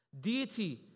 Deity